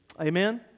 Amen